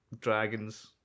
dragons